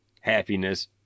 happiness